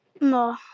No